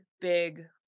big